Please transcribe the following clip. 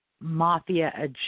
mafia